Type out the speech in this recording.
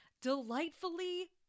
delightfully